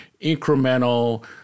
incremental